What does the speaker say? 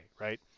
right